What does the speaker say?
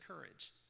courage